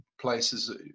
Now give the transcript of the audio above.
places